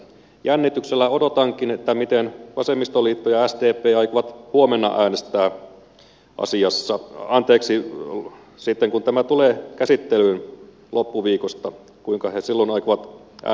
jännityksellä odotankin miten vasemmistoliitto ja sdp aikovat äänestää sitten kun tämä tulee käsittelyyn loppuviikosta kuinka he sillon aikon ja